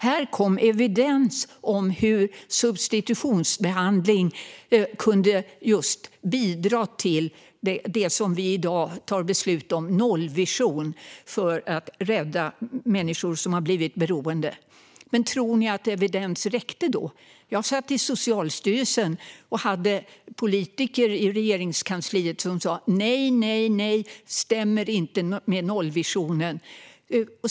Här kom evidens om hur substitutionsbehandling kunde bidra till det som vi i dag tar beslut om: en nollvision för att rädda människor som har blivit beroende. Men tror ni att evidens räckte då? Jag satt i Socialstyrelsen och hade politiker i Regeringskansliet som sa: "Nej, nej, nej - det stämmer inte med nollvisionen!"